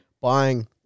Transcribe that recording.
Buying